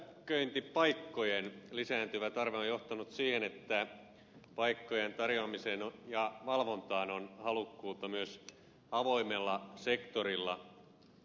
pysäköintipaikkojen lisääntyvä tarve on johtanut siihen että paikkojen tarjoamiseen ja valvontaan on halukkuutta myös avoimella sektorilla